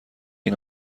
این